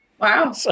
Wow